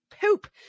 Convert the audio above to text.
poop